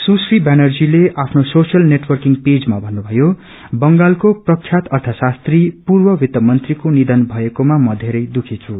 सुश्री व्यानर्जीले social networking पेजमा भन्नुभयो बालको प्रख्यात अर्थ शास्त्री पूर्व वित्त मंत्रीको निधन भएकोमा म बेरै दुःखी छु